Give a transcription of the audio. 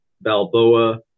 Balboa